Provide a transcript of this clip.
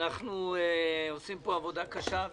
אנו עושים פה עבודה קשה,